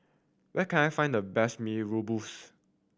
where can I find the best Mee Rebus